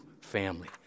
family